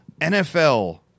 NFL